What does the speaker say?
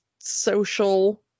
social